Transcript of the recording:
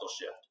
shift